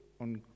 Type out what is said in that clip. on